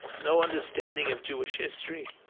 no understanding of jewish history,